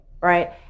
right